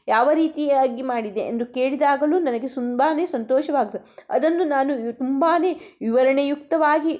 ಯಾವ ರೀತಿಯಾಗಿ ಮಾಡಿದೆ ಎಂದು ಕೇಳಿದಾಗಲೂ ನನಗೆ ತುಂಬಾ ಸಂತೋಷವಾಗತ್ತೆ ಅದನ್ನು ನಾನು ವಿ ತುಂಬಾ ವಿವರಣೆಯುಕ್ತವಾಗಿ